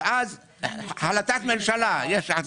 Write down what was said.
יש החלטת ממשלה.